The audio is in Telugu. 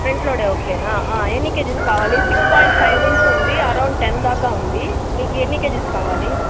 ఫ్రెంట్ లోడ్ ఓకేనా ఆ ఎన్ని కేజెస్ కావాలా సిక్స్ పాయింట్ ఫైవ్ నించి ఉంది అరౌండ్ టెన్ దాకా ఉంది మీకు ఎన్ని కేజెస్ కావాలి